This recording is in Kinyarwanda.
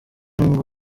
ngo